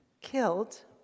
killed